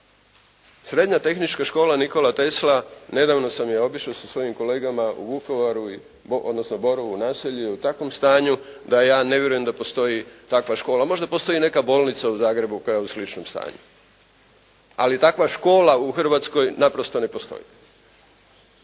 srednja Tehnička škola Nikola Tesla, nedavno sam je obišao sa svojim kolegama u Vukovaru, odnosno Borovu naselju je u takvom stanju da ja ne vjerujem da postoji takva škola, možda postoji nekakva bolnica u Zagrebu koja je u sličnom stanju, ali takva škola u Hrvatskoj naprosto ne postoji.